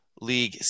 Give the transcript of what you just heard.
league